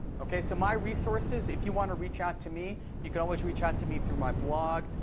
ok, so my resources, if you want to reach out to me, you can always reach out to me through my blog.